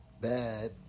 Bad